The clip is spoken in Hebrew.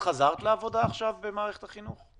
חזרת לעבוד במערכת החינוך?